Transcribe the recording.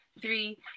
three